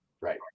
right